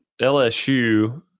LSU